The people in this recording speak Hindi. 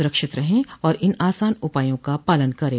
सुरक्षित रहें और इन आसान उपायों का पालन करें